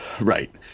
Right